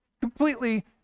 completely